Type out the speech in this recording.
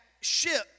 ship